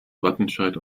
wattenscheid